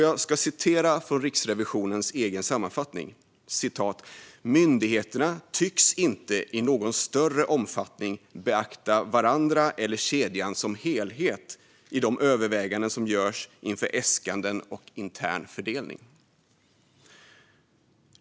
Jag citerar från Riksrevisionens egen sammanfattning: "Myndigheterna tycks inte i någon större omfattning beakta varandra eller kedjan som helhet i de överväganden som görs inför äskanden och intern fördelning."